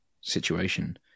situation